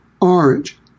orange